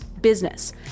business